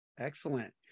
Excellent